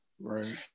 right